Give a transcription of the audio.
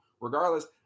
Regardless